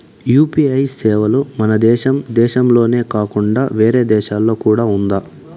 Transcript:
UPI సేవలు మన దేశం దేశంలోనే కాకుండా వేరే దేశాల్లో కూడా ఉందా?